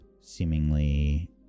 seemingly